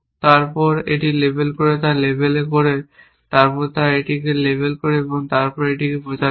তারপর এটি লেবেল করে তারপর লেবেল করে তারপর এই লেবেল করে এবং তারপরে এটি প্রচার করে